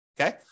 Okay